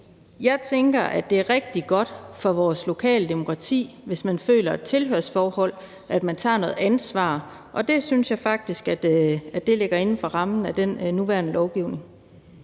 Jeg tænker, at det er rigtig godt for vores lokaldemokrati, hvis man føler et tilhørsforhold og tager noget ansvar, og det synes jeg faktisk ligger inden for rammen af den nuværende lovgivning.